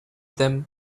them